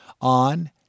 on